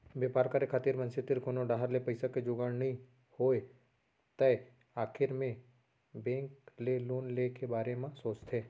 बेपार करे खातिर मनसे तीर कोनो डाहर ले पइसा के जुगाड़ नइ होय तै आखिर मे बेंक ले लोन ले के बारे म सोचथें